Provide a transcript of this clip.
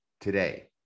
today